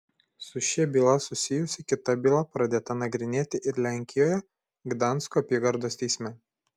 su šia byla susijusi kita byla pradėta nagrinėti ir lenkijoje gdansko apygardos teisme